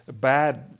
bad